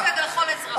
היהודים וכל אזרחיה.